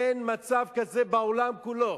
אין מצב כזה בעולם כולו,